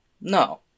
No